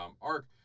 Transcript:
arc